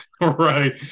right